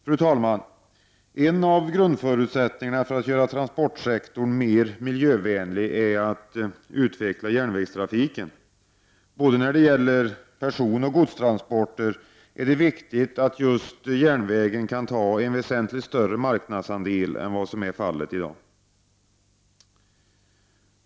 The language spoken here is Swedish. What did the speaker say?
Fru talman! En av grundförutsättningarna för att göra transportsektorn mer miljövänlig är att utveckla järnvägstrafiken. Både när det gäller personoch godstransporter är det viktigt att just järnvägen kan ta en väsentligt större marknadsandel än vad som är fallet i dag.